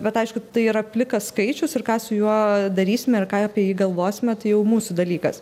bet aišku tai yra plikas skaičius ir ką su juo darysime ir ką apie jį galvosime tai jau mūsų dalykas